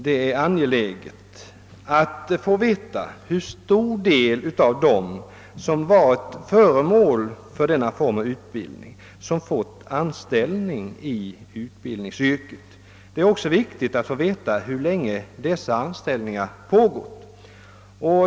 Det vore angeläget att få veta hur stor del av dem som varit föremål för denna form av utbildning som fått anställning i det yrke för vilket de utbildats. Det är också viktigt att få veta hur länge dessa anställningar varat.